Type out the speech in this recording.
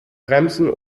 bremsen